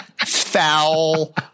foul